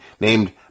named